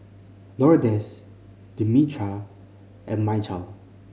Lourdes Demetra and Mychal